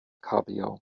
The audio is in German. kabeljau